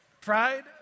Pride